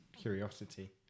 curiosity